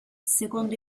secondo